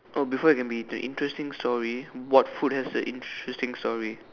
oh before it can be eaten interesting story what food has a interesting story